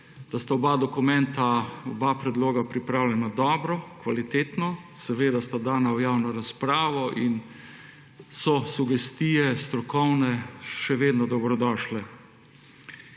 da sta oba dokumenta, oba predloga pripravljena dobro, kvalitetno, seveda sta dana v javno razpravo in so sugestije strokovne še vedno dobrodošle.